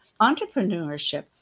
entrepreneurship